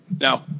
No